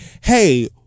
hey